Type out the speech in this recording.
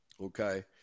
Okay